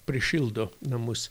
prišildo namus